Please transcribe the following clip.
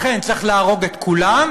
לכן צריך להרוג את כולם,